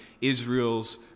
Israel's